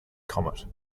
comet